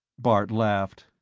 bart laughed.